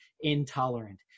intolerant